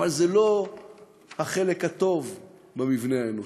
אבל זה לא החלק הטוב במבנה האנושי,